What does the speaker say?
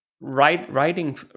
writing